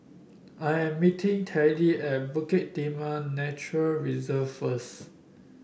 I am meeting Teddy at Bukit Timah Nature Reserve first